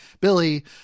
billy